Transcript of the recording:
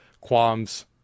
qualms